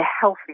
healthy